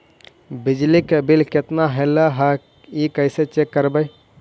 बिजली के बिल केतना ऐले हे इ कैसे चेक करबइ?